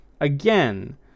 again